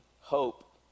hope